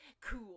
cool